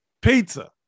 Pizza